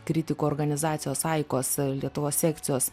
kritikų organizacijos aikos lietuvos sekcijos